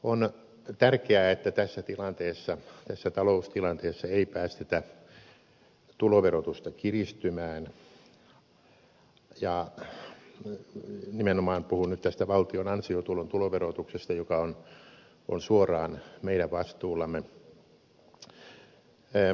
on tärkeää että tässä taloustilanteessa ei päästetä tuloverotusta kiristymään ja nimenomaan puhun nyt tästä valtion ansiotulon tuloverotuksesta joka on suoraan meidän vastuullamme